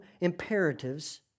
imperatives